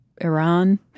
Iran